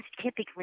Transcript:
typically